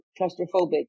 claustrophobic